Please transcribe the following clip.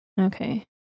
Okay